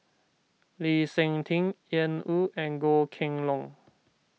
Lee Seng Tee Ian Woo and Goh Kheng Long